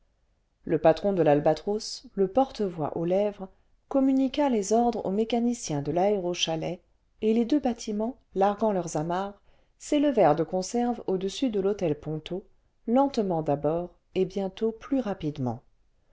le patron de y albatros le porte-voix aux lèvres communiqua les ordres au mécanicien de faérochalet et les deux bâtiments larguant leurs amarres s'élevèrent de conserve au-dessus de l'hôtel ponto lentement d'abord et bientôt plus rapidement